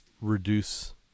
reduce